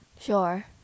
Sure